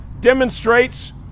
demonstrates